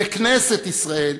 וכנסת ישראל,